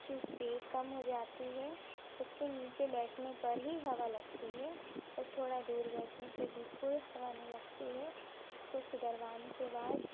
उसकी स्पीड कम हो जाती है उसके नीचे बैठने पर ही हवा लगती है और थोड़ा दूर बैठने पे बिल्कुल हवा नहीं लगती है उसको सुधरवाने के बाद